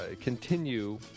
continue